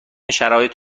شرایط